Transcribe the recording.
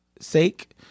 sake